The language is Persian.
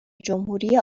جمهوری